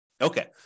Okay